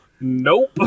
Nope